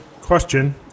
question